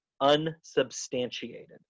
unsubstantiated